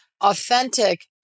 authentic